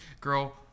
girl